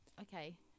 okay